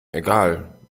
egal